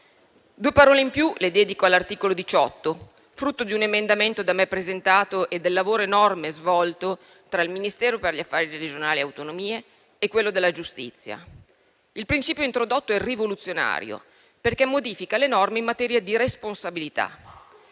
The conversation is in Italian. due parole in più all'articolo 18, frutto di un emendamento da me presentato e del lavoro enorme svolto tra il Ministero per gli affari regionali e le autonomie e quello della giustizia. Il principio introdotto è rivoluzionario, perché modifica le norme in materia di responsabilità;